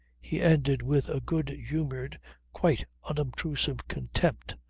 he ended with a good humoured quite unobtrusive, contempt,